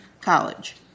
College